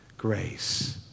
Grace